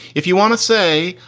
if you want to say,